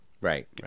Right